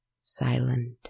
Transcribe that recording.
silent